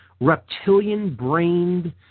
reptilian-brained